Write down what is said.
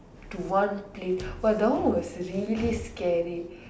to one place but that one was really scary